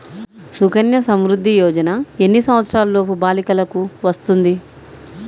సుకన్య సంవృధ్ది యోజన ఎన్ని సంవత్సరంలోపు బాలికలకు వస్తుంది?